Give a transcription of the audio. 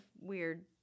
weird